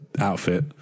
outfit